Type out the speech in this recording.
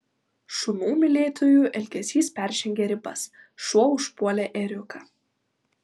šunų mylėtojų elgesys peržengė ribas šuo užpuolė ėriuką